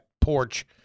porch